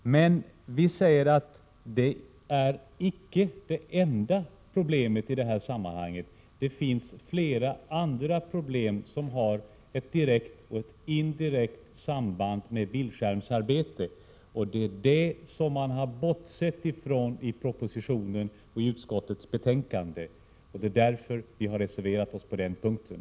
Men vi säger att det är icke det enda problemet i sammanhanget. Det finns flera andra problem som har direkt och indirekt samband med bildskärmsarbete. Det har man bortsett i från i propositionen och i utskottets betänkande, och det är därför vi har reserverat oss på den punkten.